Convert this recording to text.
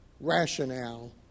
rationale